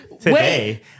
Today